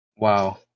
Wow